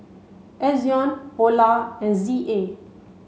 Ezion Polar and Z A